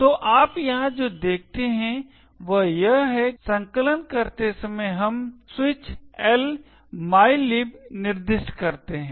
तो आप यहां जो देखते हैं वह यह है कि संकलन करते समय हम L mylib निर्दिष्ट करते हैं